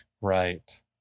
right